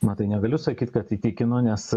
matai negaliu sakyti kad įtikino nes